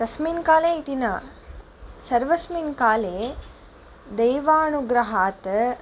तस्मिन् काले इति न सर्वस्मिन् काले दैवानुग्रहात्